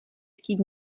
chtít